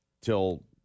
till